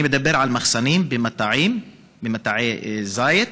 אני מדבר על מחסנים במטעים, במטעי זית.